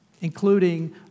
including